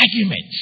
arguments